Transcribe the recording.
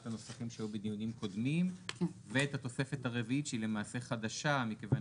הנוסחים שהיו בדיונים קודמים ואת התוספת הרביעית שהיא למעשה חדשה מכיוון